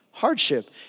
hardship